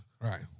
Right